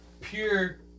pure